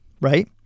right